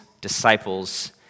disciples